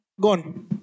Gone